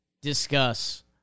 discuss